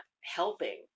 helping